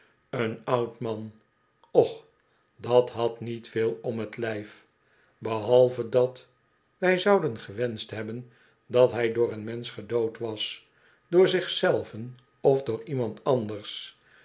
een oud man och dat had niet veel om t lijf behalve dat wij zouden gewenscht hebben dat hij door een mensch gedood was door zich zelven of door iemand anders